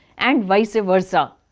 and vice-versa.